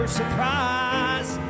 surprise